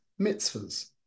mitzvahs